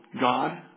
God